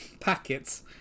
Packets